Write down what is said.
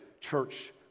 church